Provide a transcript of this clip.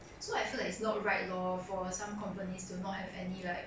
so I feel like it's not right lor for some companies to not have any like